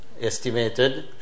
estimated